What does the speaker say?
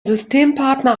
systempartner